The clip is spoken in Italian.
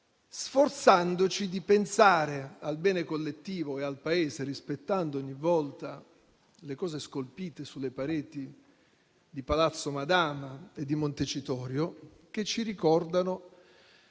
sforzarci di pensare al bene collettivo e al Paese, rispettando ogni volta quanto è scolpito sulle pareti di Palazzo Madama e di Montecitorio, che ci ricorda